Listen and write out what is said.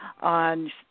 on